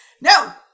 No